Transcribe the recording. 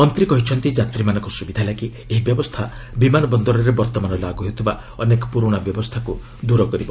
ମନ୍ତ୍ରୀ କହିଛନ୍ତି ଯାତ୍ରୀମାନଙ୍କ ସୁବିଧା ଲାଗି ଏହି ବ୍ୟବସ୍ଥା ବିମାନ ବନ୍ଦରରେ ବର୍ତ୍ତମାନ ଲାଗୁ ହେଉଥିବା ଅନେକ ପୁରୁଣା ବ୍ୟବସ୍ଥାକୁ ଦୂର କରିବ